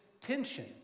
tension